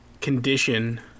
condition